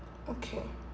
okay